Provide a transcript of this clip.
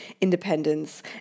independence